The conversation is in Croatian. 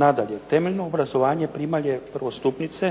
da temeljno obrazovanje primalja asistentice